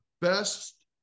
best